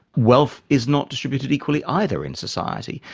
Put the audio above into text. wealth is not distributed equally either in society.